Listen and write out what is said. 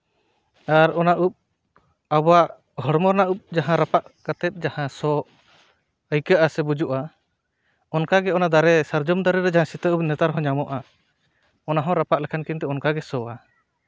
ᱟᱨ ᱚᱱᱟ ᱩᱵ ᱟᱵᱚᱣᱟᱜ ᱦᱚᱲᱢᱚ ᱨᱮᱱᱟᱜ ᱩᱵ ᱡᱟᱦᱟᱸ ᱨᱟᱯᱟᱜ ᱠᱟᱛᱮᱫ ᱡᱟᱦᱟᱸ ᱥᱚ ᱟᱹᱭᱠᱟᱹᱜ ᱟᱥᱮ ᱵᱩᱡᱩᱜᱼᱟ ᱚᱱᱠᱟᱜᱮ ᱚᱱᱟ ᱫᱟᱨᱮ ᱥᱟᱨᱡᱚᱢ ᱫᱟᱨᱮ ᱨᱮ ᱡᱟᱦᱟᱸ ᱥᱤᱛᱟᱹ ᱩᱵ ᱱᱮᱛᱟᱨ ᱦᱚᱸ ᱧᱟᱢᱚᱜᱼᱟ ᱚᱱᱟᱦᱚᱸ ᱨᱟᱯᱟᱜ ᱞᱮᱠᱷᱟᱱ ᱠᱤᱱᱛᱩ ᱚᱱᱠᱟᱜᱮ ᱥᱚᱼᱟ